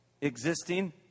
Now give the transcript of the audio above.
Existing